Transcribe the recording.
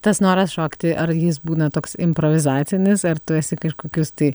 tas noras šokti ar jis būna toks improvizacinis ar tu esi kažkokius tai